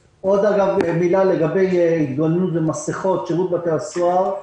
לגבי התגוננות ומסכות שירות בתי הסוהר,